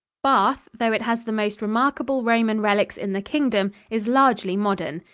bath, though it has the most remarkable roman relics in the kingdom, is largely modern.